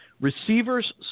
receivers